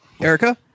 Erica